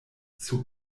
sur